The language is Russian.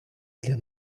для